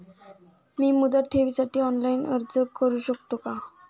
मी मुदत ठेवीसाठी ऑनलाइन अर्ज करू शकतो का?